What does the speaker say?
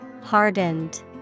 Hardened